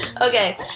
Okay